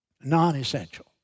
non-essential